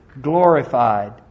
glorified